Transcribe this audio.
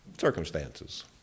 circumstances